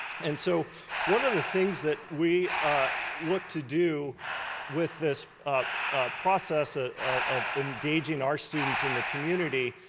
and so one of the things that we looked to do with this process ah of engaging our students in the community,